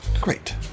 Great